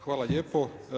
Hvala lijepo.